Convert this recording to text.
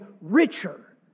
richer